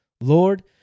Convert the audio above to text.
Lord